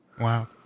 Wow